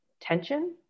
tension